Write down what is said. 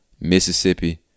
Mississippi